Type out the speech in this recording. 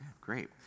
great